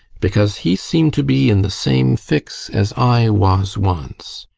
because he seemed to be in the same fix as i was once.